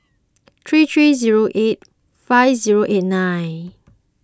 three three zero eight five zero eight nine